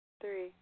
Three